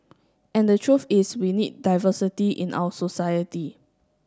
and the truth is we need diversity in our society